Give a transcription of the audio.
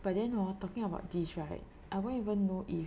but then hor talking about this right I won't even know if